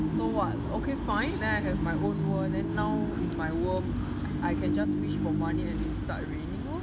so what okay fine then I have my own world then now in my world I can just wish for money and it will start raining lor